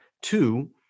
two